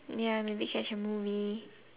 oh ya maybe catch a movie